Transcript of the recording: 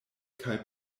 kaj